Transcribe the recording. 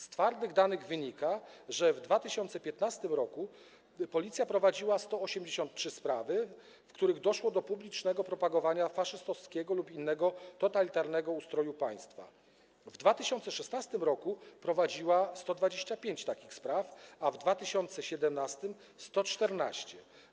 Z twardych danych wynika, że w 2015 r. Policja prowadziła 183 sprawy związane z publicznym propagowaniem faszystowskiego lub innego totalitarnego ustroju państwa, w 2016 r. prowadziła 125 takich spraw, a w 2017 r. - 114.